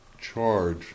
charge